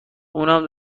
اونم